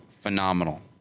phenomenal